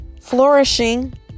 Flourishing